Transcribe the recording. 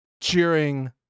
cheering